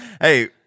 hey